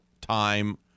time